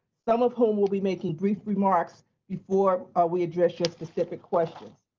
some of whom will be making brief remarks before ah we address your specific question.